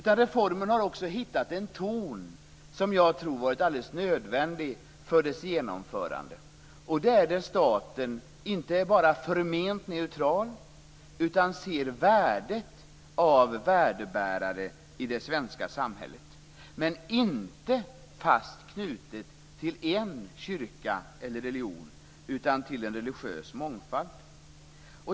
I reformen har man också hittat en ton som jag tror har varit alldeles nödvändig för dess genomförande. Det är att staten inte bara är förment neutral utan också ser värdet av värdebärare i det svenska samhället, men inte fast knutet till en kyrka eller en religion utan till en religiös mångfald.